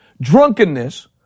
drunkenness